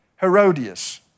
Herodias